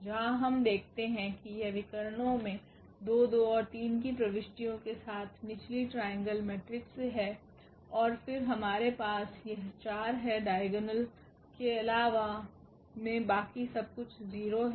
जहां हम देखते हैं कि यह विकर्णों में 2 2 और 3 की प्रविष्टियों के साथ निचली ट्रायांगल मेट्रिक्स है और फिर हमारे पास यह 4 है डाइगोनल के अलावा मे बाकी सब कुछ 0 है